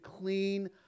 clean